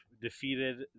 defeated